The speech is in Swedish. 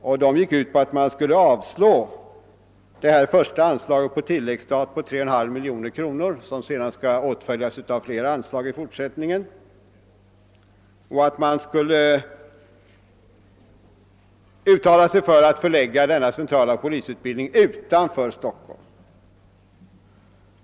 I den hemställdes att man skulle avslå det första anslagsäskandet på tilläggsstat på 3,5 miljoner kronor, vilket i fortsättningen skall följas av flera anslag, och att man skulle uttala sig för att förlägga den centrala polisutbildningen till någon ort utanför Stockholm.